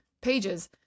pages